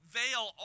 veil